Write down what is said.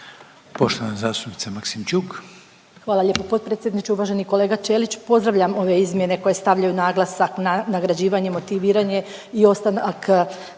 Ljubica (HDZ)** Hvala lijepo potpredsjedniče. Uvaženi kolega Ćelić, pozdravljam ove izmjene koje stavljaju naglasak na nagrađivanje, motiviranje i ostanak